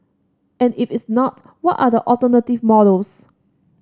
and if it's not what are the alternative models